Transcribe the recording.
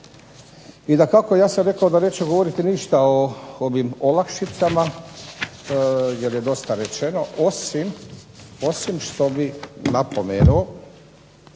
I dakako, ja sam rekao da neću govoriti ništa o ovim olakšicama jer je dosta rečeno osim što bih napomenuo